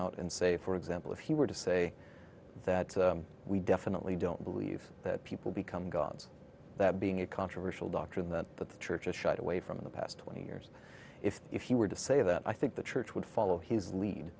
out and say for example if he were to say that we definitely don't believe that people become gods that being a controversial doctrine that the church has shied away from in the past twenty years if if he were to say that i think the church would follow his lead